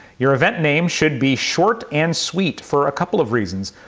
your event name should be short and sweet for a couple of reasons.